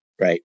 Right